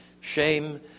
shame